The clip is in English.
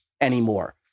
anymore